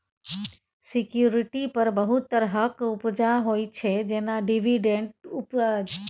security पर बहुत तरहक उपजा होइ छै जेना डिवीडेंड उपज